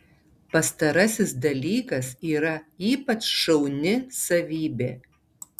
pastarasis dalykas yra ypač šauni savybė